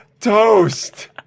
toast